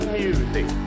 music